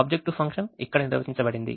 objective function ఇక్కడ నిర్వచించబడింది